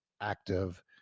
active